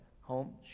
home